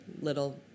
little